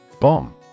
Bomb